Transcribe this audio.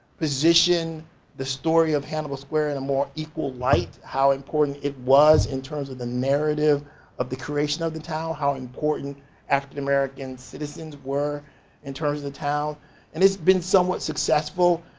position the story of hannibal square in a more equal light. how important it was in terms of the narrative of the creation of the town. how important african-american citizens were in terms of the town and it's been somewhat successful.